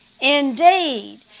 indeed